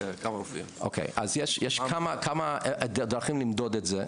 יש כמה דרכים למדוד את זה.